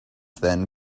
then